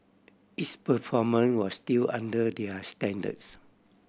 its performance was still under their standards